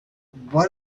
what